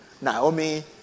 Naomi